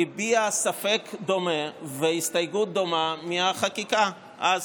הביע ספק דומה והסתייגות דומה מהחקיקה אז.